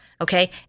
Okay